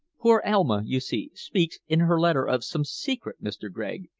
poor elma, you see, speaks in her letter of some secret, mr. gregg,